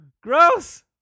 Gross